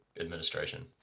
administration